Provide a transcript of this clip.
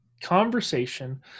conversation